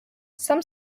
some